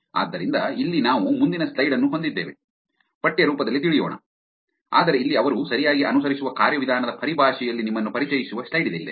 ಆದ್ದರಿಂದ ಇಲ್ಲಿ ನಾವು ಮುಂದಿನ ಸ್ಲೈಡ್ ಅನ್ನು ಹೊಂದಿದ್ದೇವೆ ಪಠ್ಯ ರೂಪದಲ್ಲಿ ತಿಳಿಯೋಣ ಆದರೆ ಇಲ್ಲಿ ಅವರು ಸರಿಯಾಗಿ ಅನುಸರಿಸುವ ಕಾರ್ಯವಿಧಾನದ ಪರಿಭಾಷೆಯಲ್ಲಿ ನಿಮ್ಮನ್ನು ಪರಿಚಯಿಸುವ ಸ್ಲೈಡ್ ಇಲ್ಲಿದೆ